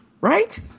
Right